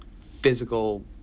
physical